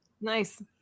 Nice